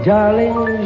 Darling